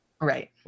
Right